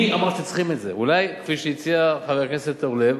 ב-10 מיליון אתה יכול לטפל בהרבה שיניים של ניצולי שואה.